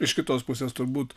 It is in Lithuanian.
iš kitos pusės turbūt